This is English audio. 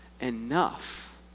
enough